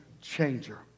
changer